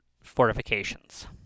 fortifications